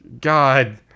God